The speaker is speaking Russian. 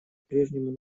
прежнему